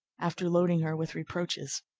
after loading her with reproaches.